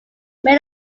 may